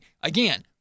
Again